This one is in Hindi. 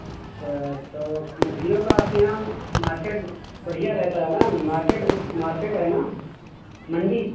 अच्छा तो मछलियों का आपके यहां मार्केट बढ़िया रहता है ना मार्केट मार्केट है ना मंडी